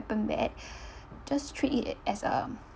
bad just treat it as a